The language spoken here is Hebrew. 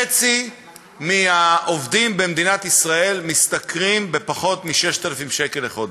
חצי מהעובדים במדינת ישראל משתכרים פחות מ-6,000 שקל לחודש.